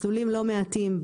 מסלולים לא מעטים,